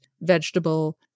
vegetable